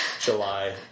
July